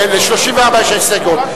ל-34 יש הסתייגויות.